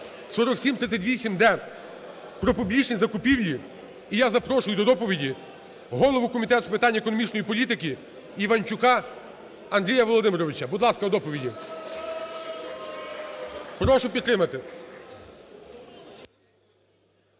4738-д про публічні закупівлі. І я запрошую до доповіді голову Комітету з питань економічної політики Іванчуку Андрія Володимировича. Будь ласка, до доповіді. Прошу підтримати.